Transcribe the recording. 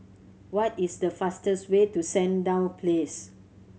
what is the fastest way to Sandown Place